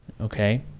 Okay